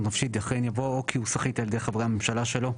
נפשית' אחריהן יבוא 'כי הוא סחיט על ידי חברי הממשלה שלו'.